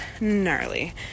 gnarly